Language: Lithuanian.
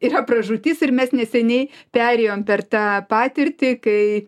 yra pražūtis ir mes neseniai perėjom per tą patirtį kai